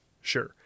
Sure